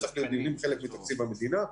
זה צריך להיות חלק מתקציב המדינה.